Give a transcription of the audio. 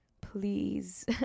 please